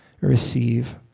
receive